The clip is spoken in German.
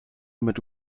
mit